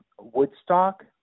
Woodstock